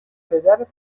پدر